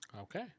Okay